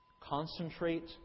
Concentrate